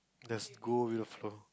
the school you are floor